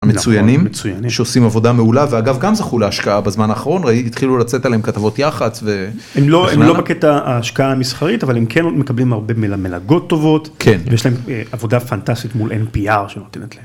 מצוינים, שעושים עבודה מעולה, ואגב גם זכו להשקעה בזמן האחרון ראית, התחילו לצאת עליהם כתבות יח"צ. הם לא בקטע ההשקעה המסחרית, אבל הם כן מקבלים הרבה מלגות טובות, ויש להם עבודה פנטסטית מול NPR שנותנת להם.